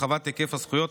הרחבת היקף הזכויות),